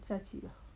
下去了